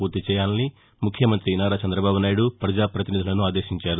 పూర్తి చేయాలని ముఖ్యమంతి నారా చంద్రబాబు నాయుడు పజాపతినిధులను ఆదేశించారు